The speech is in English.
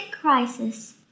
crisis